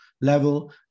level